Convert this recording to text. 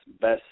best